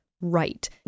right